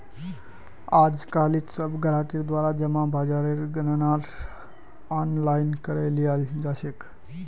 आजकालित सब ग्राहकेर द्वारा जमा ब्याजेर गणनार आनलाइन करे लियाल जा छेक